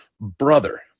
Brother